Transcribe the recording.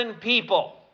people